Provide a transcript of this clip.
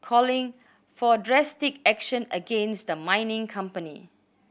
calling for drastic action against the mining company